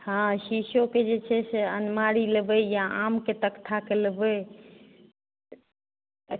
हँ शीशोके जे छै से अनमारी लेबै या आमके तकथाके लेबै हट